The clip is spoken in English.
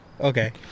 Okay